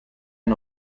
den